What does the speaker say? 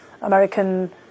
American